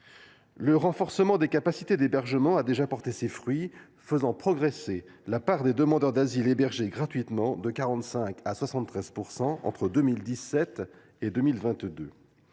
Le renforcement des capacités d’hébergement a déjà porté ses fruits, faisant progresser la part des demandeurs d’asile hébergés gratuitement de 45 % à 73 % entre 2017 et 2022.